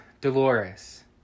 Dolores